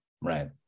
Right